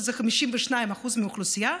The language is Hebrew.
שהוא 52% מהאוכלוסייה,